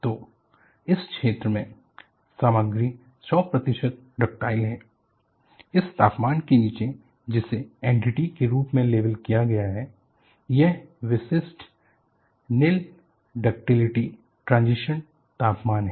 तो इस क्षेत्र में सामग्री 100 प्रतिशत डक्टाइल है इस तापमान के नीचे जिसे NDT के रूप में लेबल किया गया है यह विस्तार निल डक्टिलिटी ट्रांजिशन तापमान है